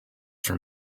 from